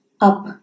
up